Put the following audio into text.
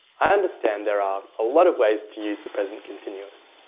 i understand there are a lot of ways to use the present continuous!